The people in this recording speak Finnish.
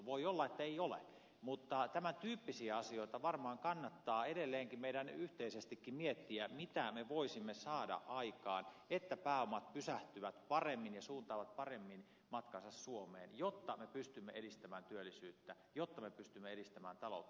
voi olla että ei ole mutta tämän tyyppisiä asioita varmaan kannattaa edelleenkin meidän yhteisestikin miettiä mitä me voisimme saada aikaan että pääomat pysähtyvät paremmin ja suuntaavat paremmin matkansa suomeen jotta me pystymme edistämään työllisyyttä jotta me pystymme edistämään taloutta